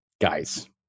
guys